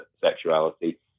sexuality